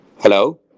Hello